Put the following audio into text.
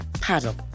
Paddle